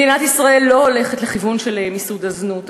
מדינת ישראל לא הולכת לכיוון של מיסוד הזנות.